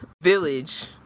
village